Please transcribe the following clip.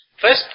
First